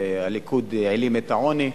והליכוד העלים את העוני.